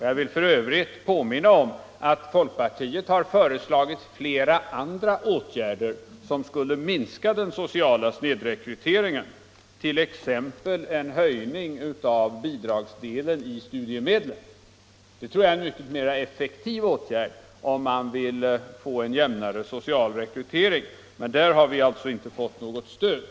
Jag vill f. ö. påminna om att folkpartiet har föreslagit flera andra åtgärder som skulle minska den sociala snedrekryteringen, t.ex. en höjning av bidragsdelen i studiemedlen. Det tror jag är en mycket effektivare åtgärd, om vi vill få en jämnare social rekrytering. Men där har vi alltså inte fått något stöd.